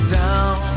down